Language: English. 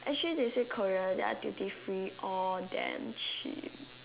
actually they say Korea they're duty free all damn cheap